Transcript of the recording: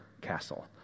Castle